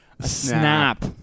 snap